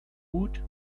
woot